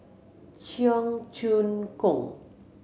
Cheong Choong Kong